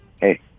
Hey